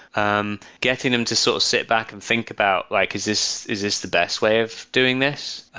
um getting them to sort of sit back and think about like is this is this the best way of doing this?